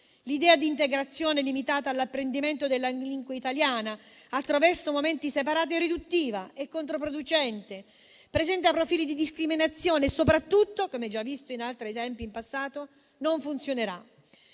L'idea di integrazione limitata all'apprendimento della lingua italiana attraverso momenti separati è riduttiva e controproducente, presenta profili di discriminazione e soprattutto, come già visto in altri esempi in passato, non funzionerà.